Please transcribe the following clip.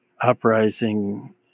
uprising